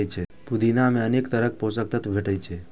पुदीना मे अनेक तरहक पोषक तत्व भेटै छै